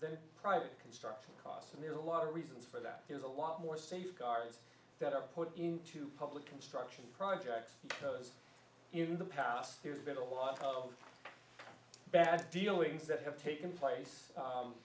than private construction costs and there are a lot of reasons for that there's a lot more safeguards that are put into public construction projects because in the past there's been a lot of bad dealings that have taken place